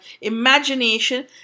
imagination